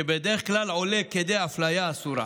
שבדרך כלל עולה כדי אפליה אסורה.